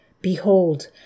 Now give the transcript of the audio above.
Behold